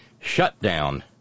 shutdown